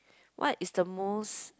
what is the most